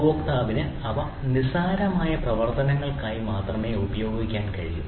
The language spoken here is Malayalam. ഉപഭോക്താവിന് അവ വളരെ നിസ്സാരമായ പ്രവർത്തനങ്ങൾക്കായി മാത്രമേ ഉപയോഗിക്കാൻ കഴിയൂ